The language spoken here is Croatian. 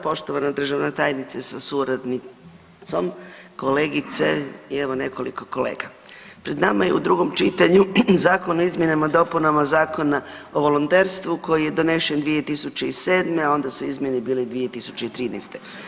Poštovana državna tajnice sa suradnicom, kolegice i evo nekoliko kolega, pred nama je u drugom čitanju Zakon o izmjenama i dopunama Zakona o volonterstvu koji je donesen 2007., a onda su izmjene bile 2013.